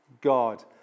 God